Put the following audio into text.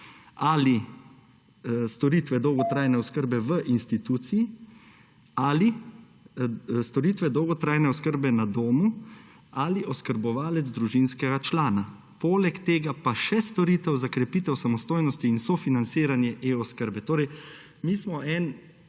ali storitve dolgotrajne oskrbe v instituciji, ali storitve dolgotrajne oskrbe na domu, ali oskrbovalec družinskega člana. Poleg tega pa še storitev za krepitev samostojnosti in sofinanciranje e-oskrbe. Mi smo en